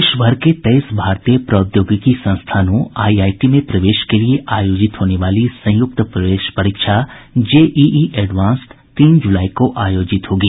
देशभर के तेईस भारतीय प्रौद्योगिकी संस्थानों आईआईटी में प्रवेश के लिये आयोजित होने वाली संयुक्त प्रवेश परीक्षा जेईई एडवांस्ड तीन जुलाई को आयोजित होगी